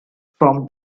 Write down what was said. from